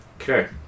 Okay